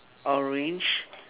orange